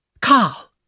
Carl